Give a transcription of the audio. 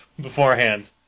beforehand